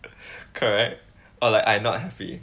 correct or like I not happy